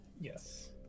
yes